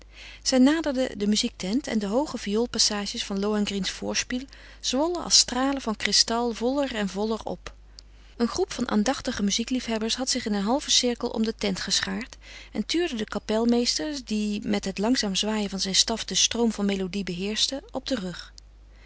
zij naderden de muziektent en de hooge vioolpassages van lohengrins vorspiel zwollen als stralen van kristal voller en voller op een groep van aandachtige muziekliefhebbers had zich in een halven cirkel om de tent geschaard en tuurde den kapelmeester die met het langzaam zwaaien van zijn staf den stroom van melodie beheerschte op den rug